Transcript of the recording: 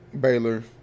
Baylor